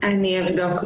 אני אבדוק.